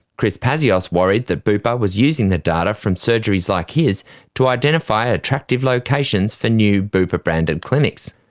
chris pazios worried that bupa was using the data from surgeries like his to identify attractive locations for new bupa-branded clinics.